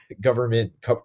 government